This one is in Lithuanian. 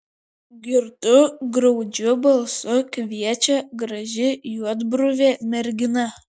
girtu graudžiu balsu kviečia graži juodbruvė mergina